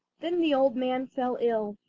then the old man fell ill,